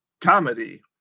comedy